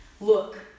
look